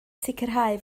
sicrhau